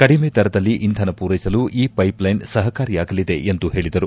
ಕಡಿಮೆ ದರದಲ್ಲಿ ಇಂಧನ ಪೂರ್ಸೆಸಲು ಈ ಪ್ಲೆಪ್ಲ್ಲೆನ್ ಸಹಕಾರಿಯಾಗಲಿದೆ ಎಂದು ಹೇಳಿದರು